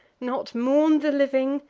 not mourn'd the living,